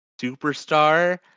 Superstar